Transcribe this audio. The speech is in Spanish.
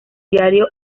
diario